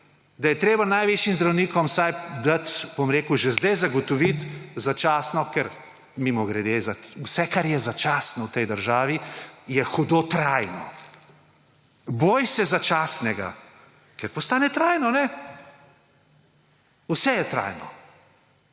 da je treba najvišjim zdravnikom vsaj dati, bom rekel, že zdaj zagotoviti začasno. Ker, mimogrede, vse, kar je začasno v tej državi, je hudo trajno. Boj se začasnega, ker postane trajno, vse je trajno.